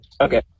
Okay